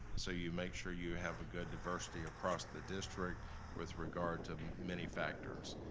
so you make sure you have a good diversity across the district with regard to many factors.